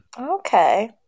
Okay